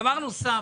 דבר נוסף.